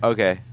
Okay